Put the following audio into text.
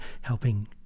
helping